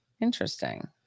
Interesting